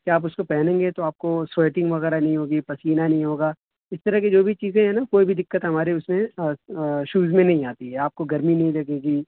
کہ آپ اس کو پہنیں گے تو آپ کو سوئیٹنگ وغیرہ نہیں ہوگی پسینہ نہیں ہوگا اس طرح کی جو بھی چیزیں ہیں نا کوئی بھی دقت ہمارے اس میں شوز میں نہیں آتی ہے آپ کو گرمی نہیں لگے گی